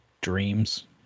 dreams